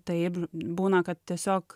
taip būna kad tiesiog